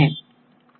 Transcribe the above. database क्या है